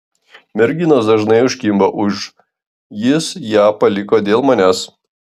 merginos dažnai užkimba už jis ją paliko dėl manęs